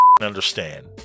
understand